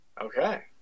Okay